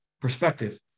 perspective